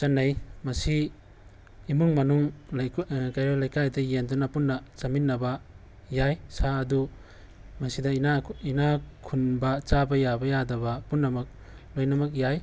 ꯆꯠꯅꯩ ꯃꯁꯤ ꯏꯃꯨꯡ ꯃꯅꯨꯡ ꯀꯩꯔꯣꯏ ꯂꯩꯀꯥꯏꯗ ꯌꯦꯟꯗꯨꯅ ꯄꯨꯟꯅ ꯆꯥꯃꯤꯟꯅꯕ ꯌꯥꯏ ꯁꯥ ꯑꯗꯨ ꯃꯁꯤꯗ ꯏꯅꯥꯛ ꯈꯨꯟꯕ ꯆꯥꯕ ꯌꯥꯕ ꯌꯥꯗꯕ ꯄꯨꯝꯅꯃꯛ ꯂꯣꯏꯅꯃꯛ ꯌꯥꯏ